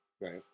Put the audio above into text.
Right